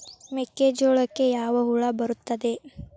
ಮೆಕ್ಕೆಜೋಳಕ್ಕೆ ಯಾವ ಹುಳ ಬರುತ್ತದೆ?